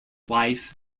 wife